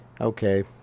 Okay